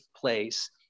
place